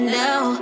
now